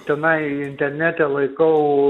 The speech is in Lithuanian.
tenai internete laikau